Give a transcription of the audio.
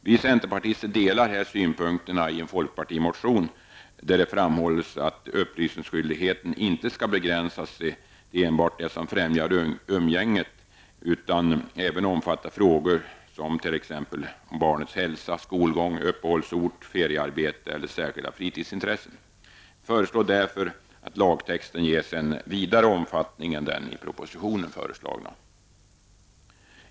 Vi centerpartister delar här synpunkterna i en folkpartimotion, där det framhålls att upplysningsskyldigheten inte skall begränsas till enbart det som främjar umgänget utan även omfatta frågor om barnets hälsa, skolgång, uppehållsort, feriearbete eller särskilda fritidsintressen. Vi föreslår därför att lagtexten ges en vidare omfattning än den som har föreslagits i propositionen.